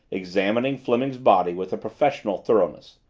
examining fleming's body with professional thoroughness.